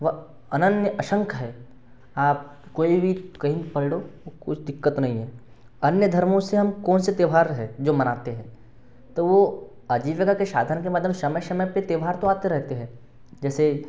वह अनन्य असंख्य है आप कोई भी कहीं पढ़ लो कुछ दिक्कत नहीं है अन्य धर्मों से हम कौन से त्यौहार हैं जो मनाते हैं तो वो आजीविका के साधन के माध्यम समय समय पर त्यौहार तो आते रहते हैं जैसे